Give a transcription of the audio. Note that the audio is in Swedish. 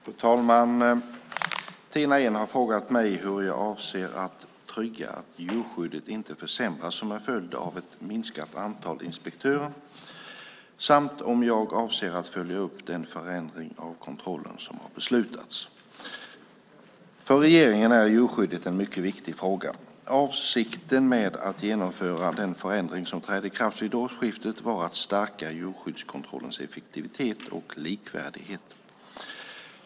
Fru talman! Tina Ehn har frågat mig hur jag avser att trygga att djurskyddet inte försämras som en följd av ett minskat antal inspektörer samt om jag avser att följa upp den förändring av kontrollen som har beslutats. För regeringen är djurskyddet en mycket viktig fråga. Avsikten med att genomföra den förändring som trädde i kraft vid årsskiftet var att stärka djurskyddskontrollens effektivitet och likvärdighet.